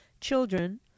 children